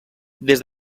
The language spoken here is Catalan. des